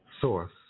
source